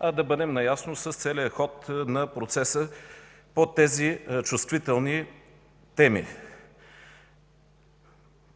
а да бъдем наясно с целия ход на процеса по тези чувствителни теми.